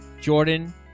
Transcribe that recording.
jordan